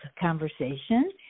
conversation